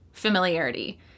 Familiarity